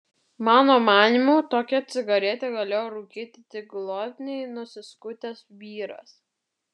mano manymu tokią cigaretę galėjo rūkyti tik glotniai nusiskutęs vyras